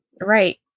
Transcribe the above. right